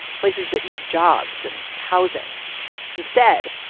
places that need jobs and housing instead.